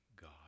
God